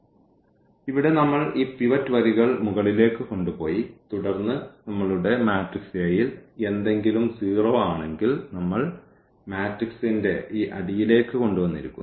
അതിനാൽ ഇവിടെ നമ്മൾ ഈ പിവറ്റ് വരികൾ മുകളിലേക്ക് കൊണ്ടുപോയി തുടർന്ന് ഞങ്ങളുടെ മാട്രിക്സ് എയിൽ എന്തെങ്കിലും 0 ആണെങ്കിൽ നമ്മൾ മാട്രിക്സിന്റെ ഈ അടിയിലേക്ക് കൊണ്ടുവന്നിരിക്കുന്നു